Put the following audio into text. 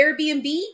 Airbnb